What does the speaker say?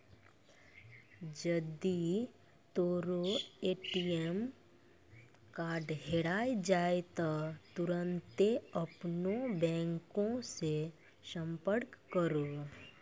जदि तोरो ATM card हेराय जाय त तुरन्ते अपनो बैंको से संपर्क करो